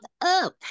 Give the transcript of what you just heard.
up